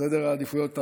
בסדר העדיפויות,